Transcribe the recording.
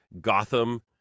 Gotham